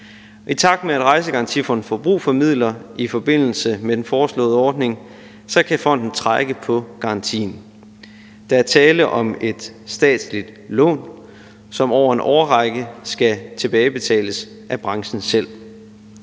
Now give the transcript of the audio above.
I takt med at Rejsegarantifonden får brug for midler i forbindelse med den foreslåede ordning, kan fonden trække på garantien. Der er tale om et statsligt lån, som over en årrække skal tilbagebetales af branchen selv.